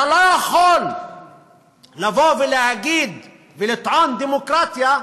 אתה לא יכול לבוא ולהגיד ולטעון: דמוקרטיה,